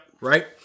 Right